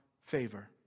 favor